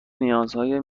نیازهای